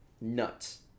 Nuts